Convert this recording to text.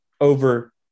over